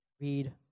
Read